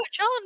on